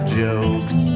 jokes